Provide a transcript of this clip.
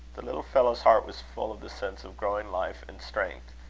the little fellow's heart was full of the sense of growing life and strength,